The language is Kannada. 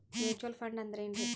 ಮ್ಯೂಚುವಲ್ ಫಂಡ ಅಂದ್ರೆನ್ರಿ?